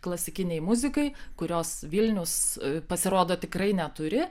klasikinei muzikai kurios vilnius pasirodo tikrai neturi